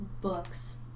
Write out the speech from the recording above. books